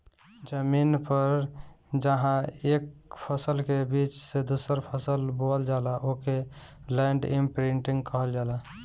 जमीन पर जहां एक फसल के बीच में दूसरा फसल बोवल जाला ओके लैंड इमप्रिन्टर कहल जाला